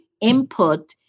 input